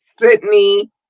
Sydney